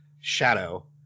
shadow